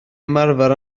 ymarfer